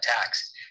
attacks